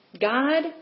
God